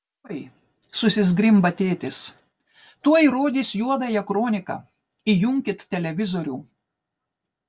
oi susizgrimba tėtis tuoj rodys juodąją kroniką įjunkit televizorių